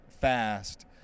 fast